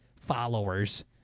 followers